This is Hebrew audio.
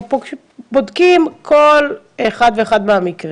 אנחנו בודקים כל אחד ואחד מהמקרים.